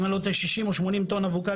אם אני לא טועה, 60 או 80 טון אבוקדו.